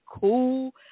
cool